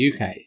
UK